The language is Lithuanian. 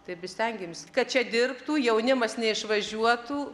taip ir stengėmės kad čia dirbtų jaunimas neišvažiuotų